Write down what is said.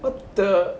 what the